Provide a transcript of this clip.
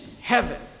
Heaven